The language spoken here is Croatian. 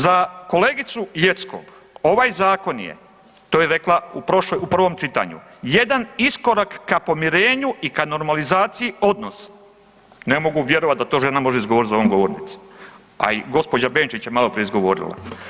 Za kolegicu Jeckov ovaj zakon je, to je rekla u prvom čitanju, jedan iskorak ka pomirenju i ka normalizaciji odnosa, ne mogu vjerovati da to žena može izgovoriti za ovom govornicom, a i gospođa Benčić je maloprije izgovorila.